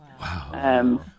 Wow